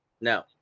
No